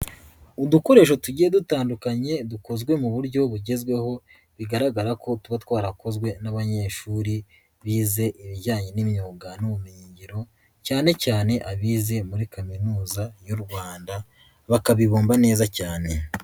Udukoresho tugiye dutandukanye dukozwe mu buryo bugezweho bigaragara ko tuba twarakozwe n'abanyeshuri bize ibijyanye n'imyuga n'ubumenyingiro cyane cyane abize muri kaminuza y'u Rwanda, bakabibumba neza cyane.